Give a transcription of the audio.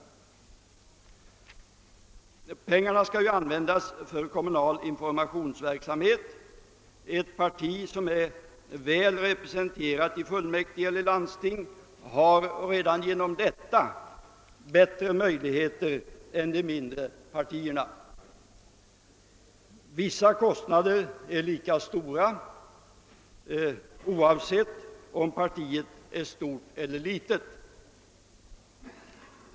Pengarna skall ju användas för kommunal informationsverksamhet. Ett parti som är väl representerat i fullmäktige eller landsting har redan därigenom bättre möjligheter än de mindre partierna. Vissa kostnader är lika stora, oavsett om partiet är stort eller litet.